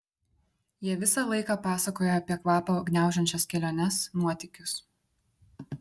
jie visą laiką pasakoja apie kvapią gniaužiančias keliones nuotykius